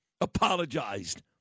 Apologized